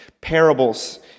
parables